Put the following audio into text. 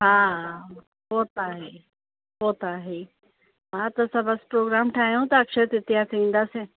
हा उहो त आहे ई उहो त आहे ई हा त बस प्रोग्राम ठाहियूं था अक्षय तृतीया ते ईंदासीं